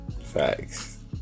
facts